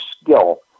skill